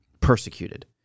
persecuted